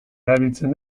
erabiltzen